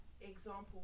example